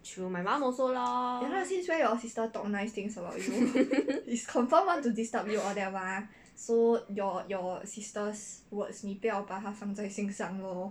true my mom also lor